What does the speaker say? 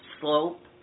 slope